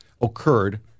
occurred